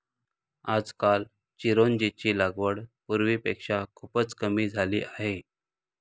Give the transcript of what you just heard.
आजकाल चिरोंजीची लागवड पूर्वीपेक्षा खूपच कमी झाली आहे